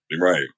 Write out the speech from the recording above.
Right